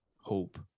hope